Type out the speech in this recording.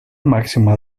màxima